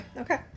Okay